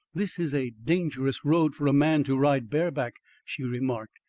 this is a dangerous road for a man to ride bareback, she remarked.